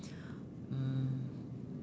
mm